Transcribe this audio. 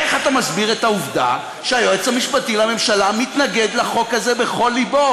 איך אתה מסביר את העובדה שהיועץ המשפטי לממשלה מתנגד לחוק הזה בכל ליבו,